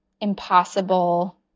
impossible